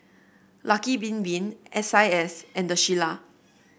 Lucky Bin Bin S I S and The Shilla